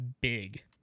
big